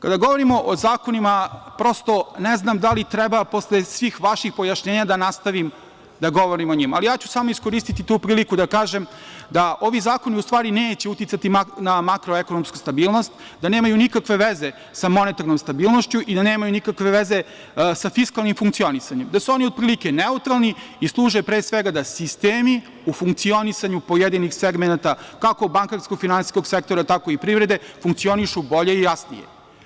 Kada govorimo o zakonima, prosto ne znam da li treba posle svih vaših pojašnjenja da nastavim da govorim o njima, ali ja ću samo iskoristiti tu priliku da kažem da ovi zakoni u stvari neće uticati na makroekonomsku stabilnost, da nemaju nikakve veze sa monetaranom stabilnošću i da nemaju nikakve veze sa fiskalnim funkcionisanjem, da su oni otprilike neutralni i služe, pre svega, da sistemi u funkcionisanju pojedinih segmenata, kako bankarsko–finansijskog sektora, tako i privrede, funkcionišu bolje i jasnije.